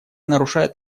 нарушает